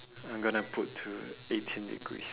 I'm going to put to eighteen degree